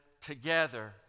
together